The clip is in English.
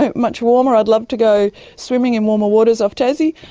ah much warmer, i'd love to go swimming in warmer waters off tassie.